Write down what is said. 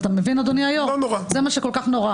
זה מה שכל כך נורא.